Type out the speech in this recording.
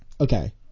okay